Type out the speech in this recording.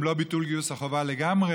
אם לא ביטול גיוס החובה לגמרי.